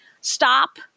stop